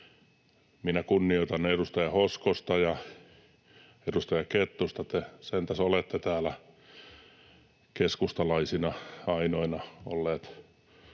Minä kunnioitan edustaja Hoskosta ja edustaja Kettusta. Te sentäs olette täällä keskustalaisina, ainoina, olleet